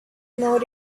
more